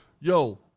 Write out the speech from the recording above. Yo